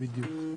מדי שבוע,